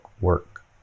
work